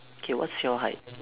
K what's your height